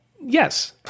yes